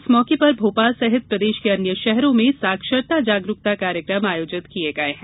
इस मौके पर भोपाल सहित प्रदेश के अन्य शहरों में साक्षरता जागरूकता कार्यक्रम आयोजित किये गये हैं